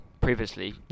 previously